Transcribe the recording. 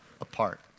apart